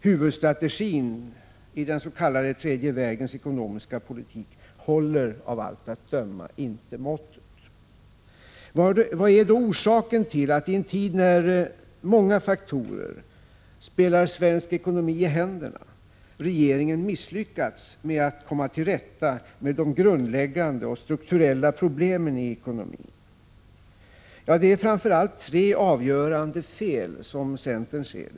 Huvudstrategin i den s.k. tredje vägens ekonomiska politik håller av allt att döma inte måttet. Vad är då orsaken till att, i en tid när många faktorer spelar svensk ekonomi i händerna, regeringen misslyckats med att komma till rätta med de grundläggande och strukturella problemen i ekonomin? Som centern ser det, är det framför allt tre avgörande fel som regeringen har gjort i sin Prot.